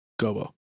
Gobo